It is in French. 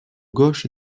gauche